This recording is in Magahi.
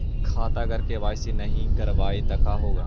खाता अगर के.वाई.सी नही करबाए तो का होगा?